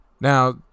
Now